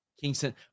Kingston